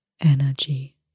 energy